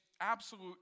absolute